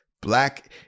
Black